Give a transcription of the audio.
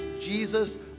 Jesus